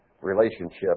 relationship